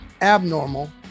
abnormal